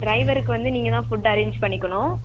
டிரைவருக்கு வந்து நீங்கள்தான் ஃபுட் அரேன்ஞ் பண்ணிக்கணும்